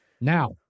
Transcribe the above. Now